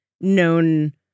known